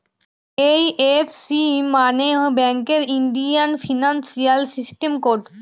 IFC মানে ব্যাঙ্কের Indian financial system code